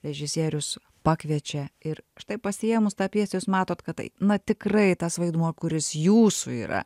režisierius pakviečia ir štai pasiėmus tą pjesę jūs matot kad tai na tikrai tas vaidmuo kuris jūsų yra